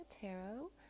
Tarot